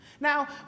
Now